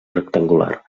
rectangular